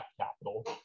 capital